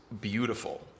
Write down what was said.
beautiful